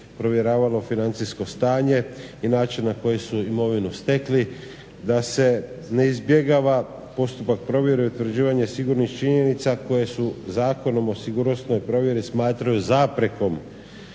provjeravalo financijsko stanje i način na koji su imovinu stekli, da se ne izbjegava postupak provjere i utvrđivanje sigurnih činjenica koje se Zakonom o sigurnosnoj provjeri smatraju zaprekom